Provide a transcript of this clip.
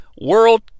World